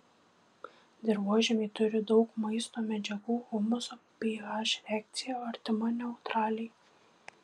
dirvožemiai turi daug maisto medžiagų humuso ph reakcija artima neutraliai